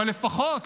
אבל לפחות,